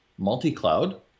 multi-cloud